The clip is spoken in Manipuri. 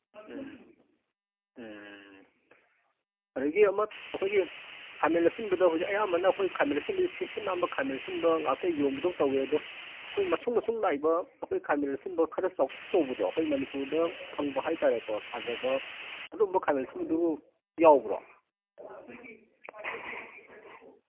ꯎꯝ ꯎꯝ ꯑꯗꯒꯤ ꯑꯃ ꯑꯩꯈꯣꯏꯒꯤ ꯈꯥꯃꯦꯟ ꯑꯁꯤꯟꯕꯗ ꯍꯧꯖꯤꯛ ꯑꯌꯥꯝꯕꯅ ꯑꯩꯈꯣꯏ ꯈꯥꯃꯦꯟ ꯑꯁꯤꯟꯕꯁꯦ ꯁꯤꯠ ꯁꯤꯠ ꯅꯥꯟꯕ ꯈꯥꯃꯦꯟ ꯑꯁꯤꯟꯕ ꯉꯥꯛꯇ ꯌꯣꯟꯕꯗꯧ ꯇꯧꯋꯦ ꯑꯗꯣ ꯑꯈꯣꯏ ꯃꯁꯨꯡ ꯃꯁꯨꯡ ꯅꯥꯏꯕ ꯑꯩꯈꯣꯏ ꯈꯥꯃꯦꯟ ꯑꯁꯤꯟꯕ ꯈꯔ ꯆꯥꯎꯇꯛ ꯇꯧꯕꯗꯣ ꯑꯩꯈꯣꯏ ꯃꯅꯤꯄꯨꯔꯗ ꯐꯪꯕ ꯍꯥꯏ ꯇꯥꯔꯦꯀꯣ ꯊꯥꯖꯕ ꯑꯗꯨꯝꯕ ꯈꯥꯃꯦꯟ ꯑꯁꯤꯟꯕꯗꯨꯕꯨ ꯌꯥꯎꯕ꯭ꯔꯣ